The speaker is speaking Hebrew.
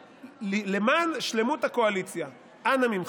למען שלמות הקואליציה, אנא ממך.